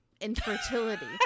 infertility